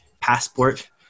passport